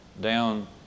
down